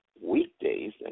weekdays